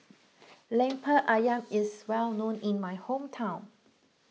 Lemper Ayam is well known in my hometown